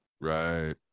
Right